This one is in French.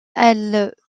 elle